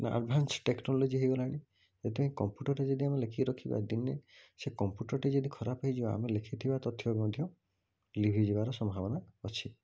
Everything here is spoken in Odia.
ନା ଆଡ଼ଭାନ୍ସ ଟେକ୍ନୋଲୋଜି ହୋଇଗଲାଣି ସେଥିପାଇଁ କମ୍ପୁଟରରେ ଯଦି ଆମେ ଲେଖିକି ରଖିବା ଦିନେ ସେ କମ୍ପୁଟରଟି ଯଦି ଖରାପ ହୋଇଯିବ ଆମେ ଲେଖିଥିବା ତଥ୍ୟ ମଧ୍ୟ ଲିଭିଯିବାର ସମ୍ଭାବନା ଅଛି